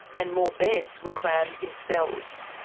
and more beds were crammed in cells.